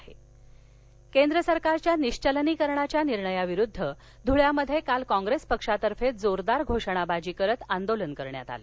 आंदोलन केंद्र सरकारच्या निश्चलनीकरणाच्या निर्णयाविरुध्द ध्ळ्यात काल कॉग्रेस पक्षातर्फे जोरदार घोषणाबाजी करत आंदोलन करण्यात आलं